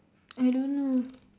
I don't know